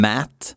Matt